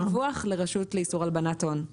יש חובת דיווח לרשות לאיסור הלבנת הון.